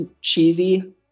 cheesy